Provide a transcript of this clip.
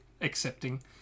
accepting